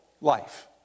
life